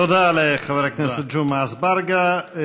תודה רבה לחבר הכנסת ג'מעה אזברגה.